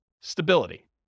stability